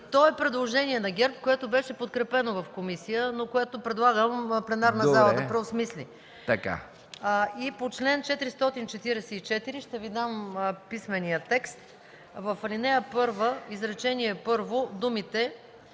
То е предложение на ГЕРБ, което беше подкрепено в комисията, но което предлагам пленарната зала да преосмисли. По чл. 444, ще Ви дам писмения текст – в ал. 1, изречение първо думите